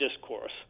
discourse